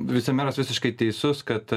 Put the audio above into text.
vicemeras visiškai teisus kad